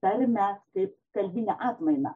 tarmę kaip kalbinę atmainą